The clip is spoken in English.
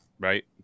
Right